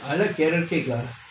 I like carrot cake lah